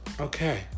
Okay